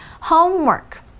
Homework